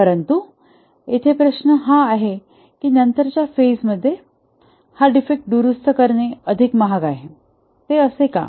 परंतु येथे प्रश्न हा आहे की नंतर च्या फेज मध्ये हा डिफेक्ट दुरुस्त करणे अधिक महाग आहे ते असे का